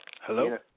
Hello